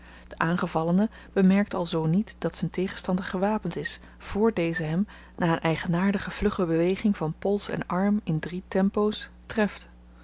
de aangevallene bemerkt alzoo niet dat z'n tegenstander gewapend is voor deze hem na n eigenaardige vlugge beweging van pols en arm in drie tempo's treft